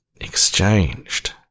exchanged